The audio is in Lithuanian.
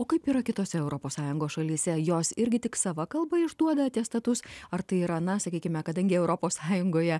o kaip yra kitose europos sąjungos šalyse jos irgi tik sava kalba išduoda atestatus ar tai yra na sakykime kadangi europos sąjungoje